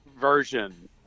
version